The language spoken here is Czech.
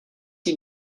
jít